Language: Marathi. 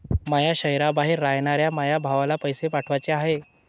माया शैहराबाहेर रायनाऱ्या माया भावाला पैसे पाठवाचे हाय